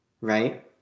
right